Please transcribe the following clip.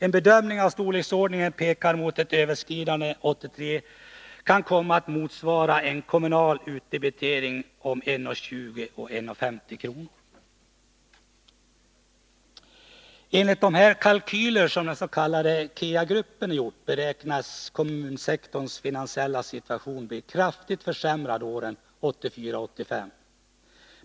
En bedömning av storleksordningen pekar mot att överskridandena 1983 kan komma att motsvara en kommunal utdebitering om 1:20-1:50 kr. Enligt de kalkyler som den s.k. KEA-gruppen gjort beräknas kommunsektorns finansiella situation bli kraftigt försämrad åren 1984 och 1985.